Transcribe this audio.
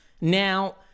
Now